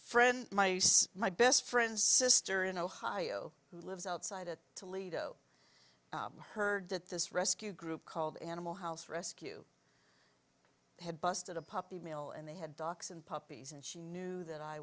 friends my my best friend's sister in ohio who lives outside of toledo heard that this rescue group called animal house rescue had busted a puppy mill and they had docks and puppies and she knew that i